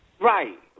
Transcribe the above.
Right